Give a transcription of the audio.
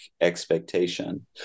expectation